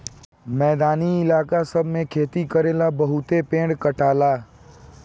मैदानी इलाका सब मे खेती करेला बहुते पेड़ कटाला